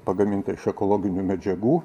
pagaminta iš ekologinių medžiagų